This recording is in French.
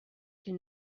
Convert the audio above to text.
qu’il